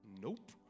Nope